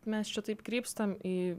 mes čia taip krypstam į